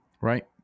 Right